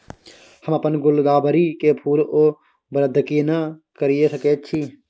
हम अपन गुलदाबरी के फूल सो वृद्धि केना करिये सकेत छी?